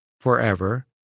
forever